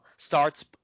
starts